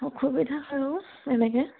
অসুবিধা হয় অ' এনেকে